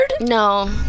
No